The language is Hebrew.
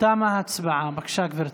תמה ההצבעה, בבקשה, גברתי.